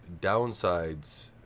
downsides